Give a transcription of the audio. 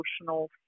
emotional